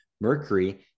mercury